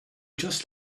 just